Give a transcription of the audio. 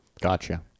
Gotcha